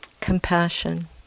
compassion